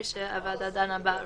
הסניגור.